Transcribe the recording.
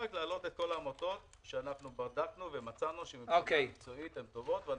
להעלות את כל העמותות שאנחנו בדקנו ומצאנו שמבחינה מקצועית הן טובות.